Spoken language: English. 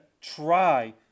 try